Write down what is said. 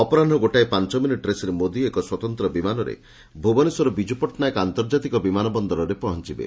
ଅପରାହୁ ଗୋଟାଏ ପାଞ ମିନିଟ୍ରେ ଶ୍ରୀ ମୋଦି ଏକ ସ୍ୱତନ୍ତ ବିମାନରେ ଭୁବନେଶ୍ୱର ବିଜୁ ପଟ୍ଟନାୟକ ଆନ୍ତର୍କାତିକ ବିମାନ ବନ୍ଦରରେ ପହଞିବେ